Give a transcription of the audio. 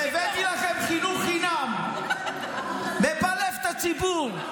והבאתי לכם חינוך חינם, מבלף את הציבור.